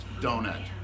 donut